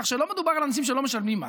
כך שלא מדובר על אנשים שלא משלמים מס.